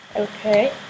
Okay